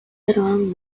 aroan